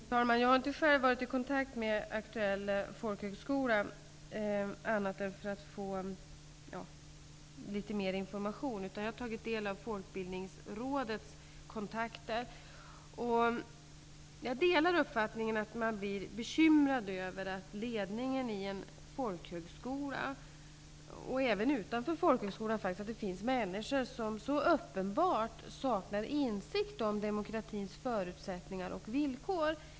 Herr talman! Jag har själv inte varit i kontakt med den aktuella folkhögskolan, annat än för att få litet mer information. Jag har tagit del av Folkbildningsrådets kontakter. Också jag blir bekymrad över att ledningen för en folkhögskola och även människor utanför folkhögskolan så uppenbart saknar insikt om demokratins förutsättningar och villkor.